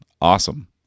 awesome